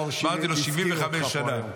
נאור שירי חבר הכנסת הזכיר אותך פה אתמול.